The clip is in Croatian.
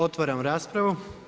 Otvaram raspravu.